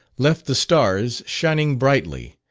left the stars shining brightly,